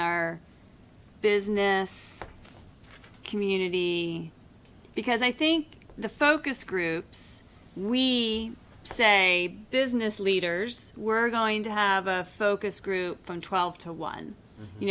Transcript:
our business community because i think the focus groups we say business leaders we're going to have a focus group from twelve to one you